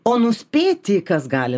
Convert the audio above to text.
o nuspėti kas gali